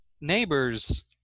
neighbors